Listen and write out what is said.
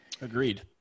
Agreed